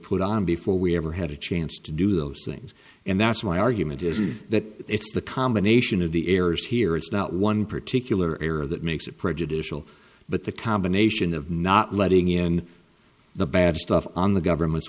put on before we ever had a chance to do those things and that's my argument is that it's the combination of the errors here it's not one particular error that makes it prejudicial but the combination of not letting in the bad stuff on the government's